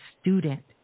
student